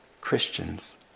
Christians